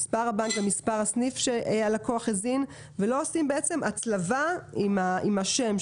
מספר הבנק ומספר הסניף שהלקוח הזין ולא עושים הצלבה עם השם,